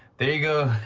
there you go.